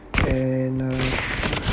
and uh